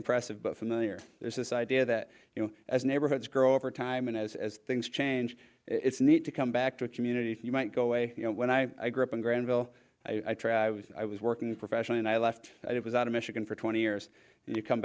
impressive but familiar there's this idea that you know as neighborhoods grow over time and as things change it's neat to come back to a community you might go away you know when i grew up in granville i try was i was working professionally and i left it was out of michigan for twenty years and you come